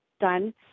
done